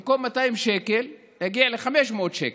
במקום 200 שקלים הגיעו ל-500 שקלים,